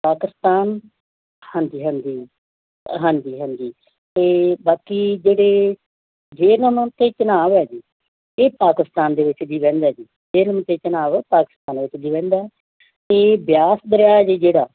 ਪਾਕਿਸਤਾਨ ਹਾਂਜੀ ਹਾਂਜੀ ਹਾਂਜੀ ਹਾਂਜੀ ਅਤੇ ਬਾਕੀ ਜਿਹੜੇ ਜਿਹਲਮਮ ਅਤੇ ਚਨਾਬ ਹੈ ਜੀ ਇਹ ਪਾਕਿਸਤਾਨ ਦੇ ਵਿੱਚ ਵੀ ਵਹਿੰਦਾ ਏ ਜੀ ਜਿਹਲਮ ਅਤੇ ਚਨਾਬ ਪਾਕਿਸਤਾਨ ਵਿੱਚ ਦੀ ਵਹਿੰਦਾ ਅਤੇ ਬਿਆਸ ਦਰਿਆ ਹੈ ਜੀ ਜਿਹੜਾ